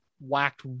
whacked